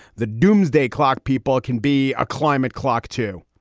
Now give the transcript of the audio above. the doomsday clock. people can be a climate clock, too.